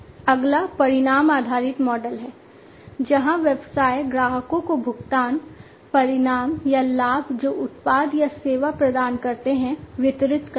अगला परिणाम आधारित मॉडल है जहां व्यवसाय ग्राहकों को भुगतान परिणाम या लाभ जो उत्पाद या सेवा प्रदान करते हैं वितरित करते हैं